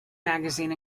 magazine